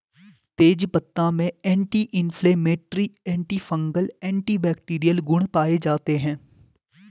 तेजपत्ता में anti inflammatory, antifungal, antibacterial गुण पाये जाते है